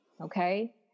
Okay